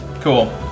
Cool